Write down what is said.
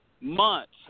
months